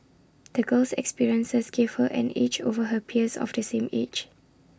the girl's experiences gave her an edge over her peers of the same age